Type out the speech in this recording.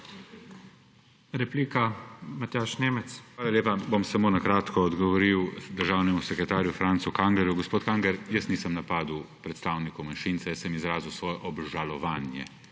MATJAŽ NEMEC (PS SDS): Hvala lepa. Bom samo na kratko odgovoril državnemu sekretarju Francu Kanglerju. Gospod Kangler! Jaz nisem napadel predstavnikov manjšin, jaz sem izrazil svoje obžalovanje.